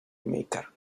maker